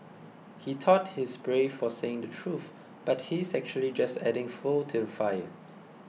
he thought he's brave for saying the truth but he's actually just adding fuel to fire